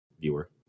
viewer